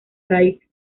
raíz